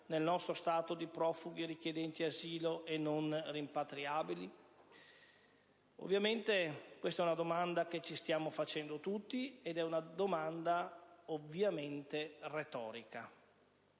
nel nostro Stato di profughi richiedenti asilo e non rimpatriabili? È una domanda che ci stiamo facendo tutti ed è una domanda, ovviamente, retorica.